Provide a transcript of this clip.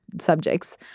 subjects